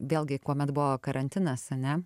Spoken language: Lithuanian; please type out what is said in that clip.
vėlgi kuomet buvo karantinas ane